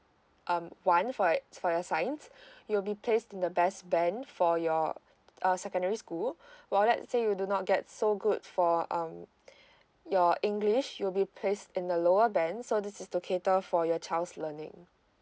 um one for it for your science you'll be placed in the best band for your uh secondary school while let's say you do not get so good for um your english you'll be placed in the lower band so this is to cater for your child's learning